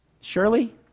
surely